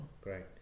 great